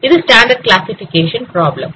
இது standard classification problem